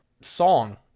song